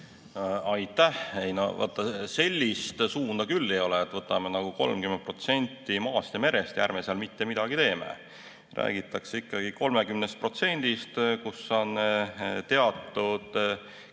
Ei no sellist suunda küll ei ole, et võtame 30% maast ja merest ja ärme seal mitte midagi teeme. Räägitakse ikkagi 30%‑st, kus on teatud